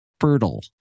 fertile